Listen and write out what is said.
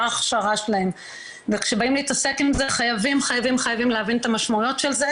מה ההכשרה שלהם וכשבאים להתעסק עם זה חייבים להבין את המשמעויות של זה,